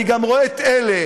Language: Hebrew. אני גם רואה את אלה,